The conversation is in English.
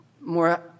more